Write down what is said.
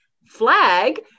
flag